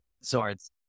swords